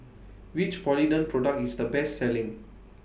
Which Polident Product IS The Best Selling